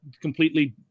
completely